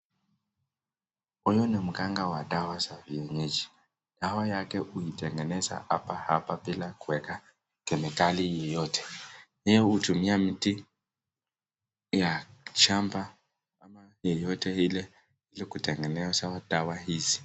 Huyu ni mganga wa dawa za vienyeji, dawa yake huiteangeneza hapa hapa bila kueka kemikali yeyote, yeye hutumia miti ya shamba ama yeyote ile ili kutengeneza dawa hizi.